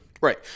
Right